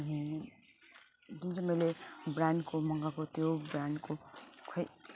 अनि जुन चाहिँ मैले ब्र्यान्डको मगाएको त्यो ब्र्यान्डको खै